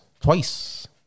twice